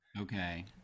okay